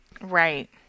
Right